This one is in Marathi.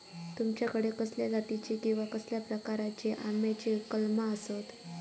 तुमच्याकडे कसल्या जातीची किवा कसल्या प्रकाराची आम्याची कलमा आसत?